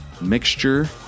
mixture